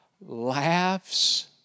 laughs